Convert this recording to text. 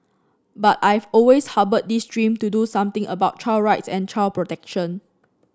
but I've always harboured this dream to do something about child rights and child protection